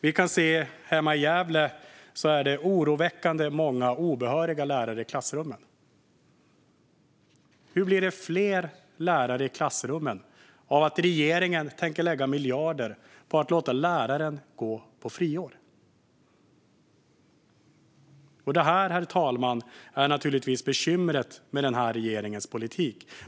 Vi kan se hemma i Gävle att det är oroväckande många obehöriga lärare i klassrummen. Hur blir det fler lärare i klassrummen av att regeringen tänker lägga miljarder på att låta läraren gå på friår? Detta, herr talman, är naturligtvis bekymret med regeringens politik.